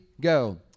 Go